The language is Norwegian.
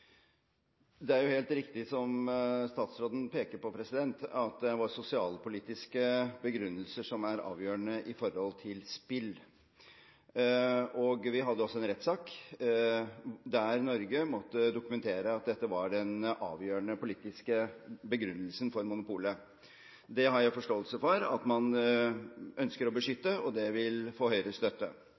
Det er jo helt riktig som statsråden peker på, at det er sosialpolitiske begrunnelser som er avgjørende i forhold til spill. Vi hadde også en rettssak der Norge måtte dokumentere at dette var den avgjørende politiske begrunnelsen for monopolet. Det har jeg forståelse for at man ønsker å beskytte, og det vil få Høyres støtte.